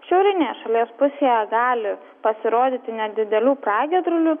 šiaurinėje šalies pusėje gali pasirodyti nedidelių pragiedrulių